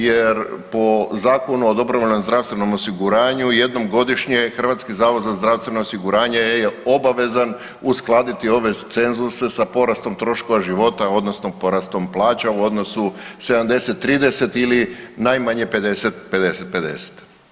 Jer po Zakonu o dobrovoljnom zdravstvenom osiguranju jednom godišnje Hrvatski zavod za zdravstveno osiguranje je obavezan uskladiti ove cenzuse sa porastom troškova života odnosno porastom plaća u odnosu 70, 30 ili najmanje 50, 50.